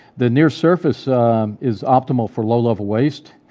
the near surface is optimal for low-level waste.